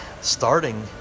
starting